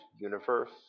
universe